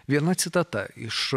viena citata iš